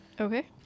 Okay